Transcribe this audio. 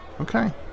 Okay